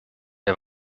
der